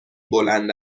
بلند